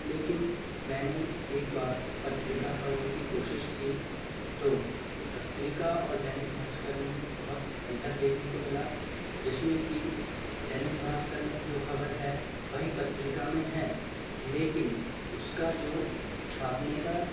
लेकिन मैंने एक बार पत्रिका पढ़ने की कोशिश की तो पत्रिका और दैनिक भास्कर में बहुत अंतर देखने को मिला जिसमें कि दैनिक भास्कर में जो खबर है वही पत्रिका में है लेकिन उसका जो छापने का